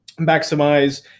maximize